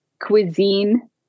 cuisine